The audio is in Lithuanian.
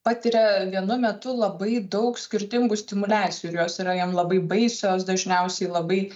patiria vienu metu labai daug skirtingų stimuliacijų ir jos yra jam labai baisios dažniausiai labai